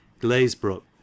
Glazebrook